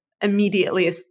immediately